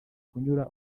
kunyura